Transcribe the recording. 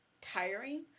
tiring